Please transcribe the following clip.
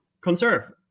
conserve